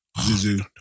Zuzu